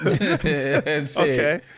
okay